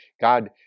God